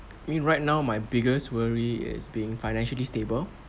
me right now my biggest worry is being financially stable